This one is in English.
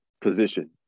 position